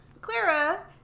Clara